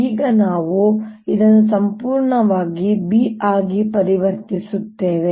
ಈಗ ನಾವು ಇದನ್ನು ಸಂಪೂರ್ಣವಾಗಿ B ಆಗಿ ಪರಿವರ್ತಿಸುತ್ತೇವೆ